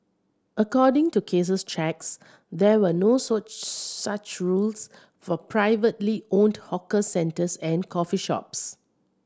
according to Case's checks there were no such rules for privately owned hawker centres and coffee shops